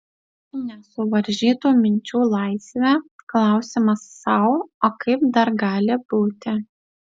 nesuvaržytų minčių laisvė klausimas sau o kaip dar gali būti